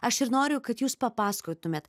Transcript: aš ir noriu kad jūs papasakotumėt